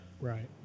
Right